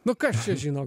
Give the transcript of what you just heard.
nu kas čia žino